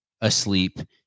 asleep